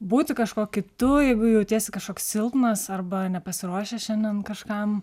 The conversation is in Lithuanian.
būti kažkuo kitu jeigu jautiesi kažkoks silpnas arba nepasiruošęs šiandien kažkam